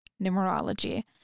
numerology